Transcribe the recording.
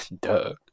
Duh